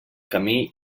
camí